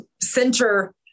center